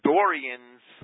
Dorians